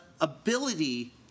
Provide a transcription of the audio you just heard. ability